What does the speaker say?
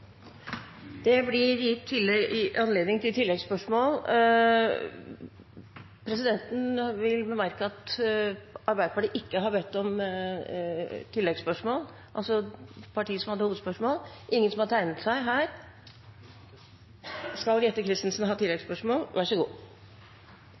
Det blir gitt anledning til oppfølgingsspørsmål. Presidenten vil bemerke at Arbeiderpartiet ikke har bedt om oppfølgingsspørsmål, altså partiet som har hovedspørsmål. Det er ingen som har tegnet seg. – Jette F. Christensen skal ha